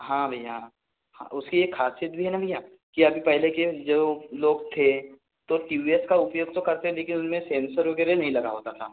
हाँ भैया हाँ हाँ उसकी एक खासियत भी है ना भैया कि अभी पहले के जो लोग थे तो टी वी एस का उपयोग तो करते थे लेकिन उसमें सेंसर वगैरह नहीं लगा होता था